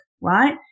right